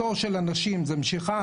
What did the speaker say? התור של הנשים זה משיכה,